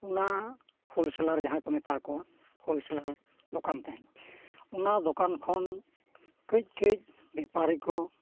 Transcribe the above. ᱚᱱᱟ wholesaler ᱡᱟᱦᱟᱸ ᱠᱚ ᱢᱮᱛᱟ ᱠᱚᱣᱟ ᱦᱳᱞ ᱥᱮᱞᱟᱨ ᱫᱳᱠᱟᱱ ᱛᱟᱦᱮᱱᱟ ᱚᱱᱟ ᱫᱳᱠᱟᱱ ᱠᱷᱚᱱ ᱠᱟᱹᱡ ᱠᱟᱹᱡ ᱵᱮᱯᱟᱨᱤ ᱠᱚ